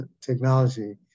technology